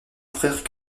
frère